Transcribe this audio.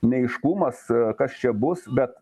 neaiškumas kas čia bus bet